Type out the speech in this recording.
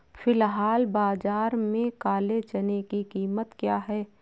फ़िलहाल बाज़ार में काले चने की कीमत क्या है?